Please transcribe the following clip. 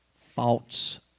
false